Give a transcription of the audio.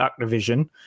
Activision